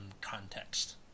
context